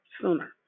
sooner